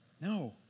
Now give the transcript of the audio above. No